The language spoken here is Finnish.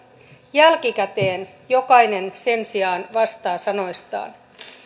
jälkikäteen jokainen sen sijaan vastaa sanoistaan